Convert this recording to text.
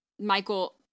Michael